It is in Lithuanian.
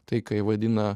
tai ką jie vadina